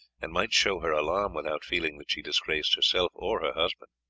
and might show her alarm without feeling that she disgraced herself or her husband.